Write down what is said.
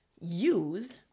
use